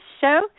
show